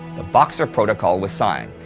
the boxer protocol was signed.